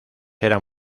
eran